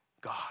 God